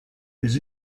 his